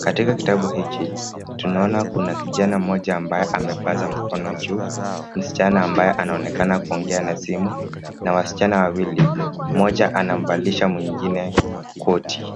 .Katika kitabu hiki, tunaona kuna kijana mmoja ambaye amepaza mkono juu, msichana ambaye anaonekana kuongea na simu, na wasichana wawili, mmoja anamvalisha mwingine koti.